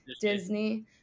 Disney